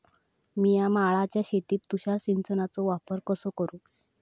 मिया माळ्याच्या शेतीत तुषार सिंचनचो वापर कसो करू?